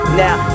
now